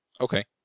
okay